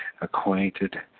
acquainted